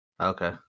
Okay